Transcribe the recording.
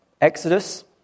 Exodus